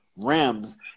Rims